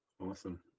Awesome